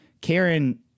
Karen